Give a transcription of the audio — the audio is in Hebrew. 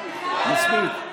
מספיק.